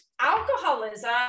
alcoholism